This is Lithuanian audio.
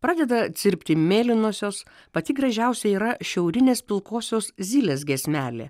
pradeda cirpti mėlynosios pati gražiausia yra šiaurinės pilkosios zylės giesmelė